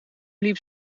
liep